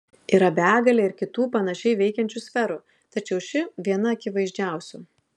yra begalė ir kitų panašiai veikiančių sferų tačiau ši viena akivaizdžiausių